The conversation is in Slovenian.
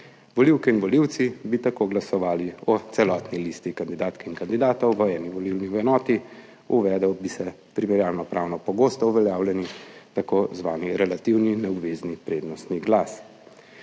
Volivke in volivci bi tako glasovali o celotni listi kandidatk in kandidatov v eni volilni enoti. Uvedel bi se primerjalno pravno pogosto uveljavljeni tako imenovani relativni neobvezni prednostni glas.